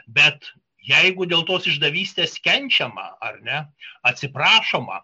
bet jeigu dėl tos išdavystės kenčiama ar ne atsiprašoma